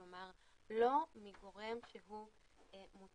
כלומר לא מגורם שהוא מותאם,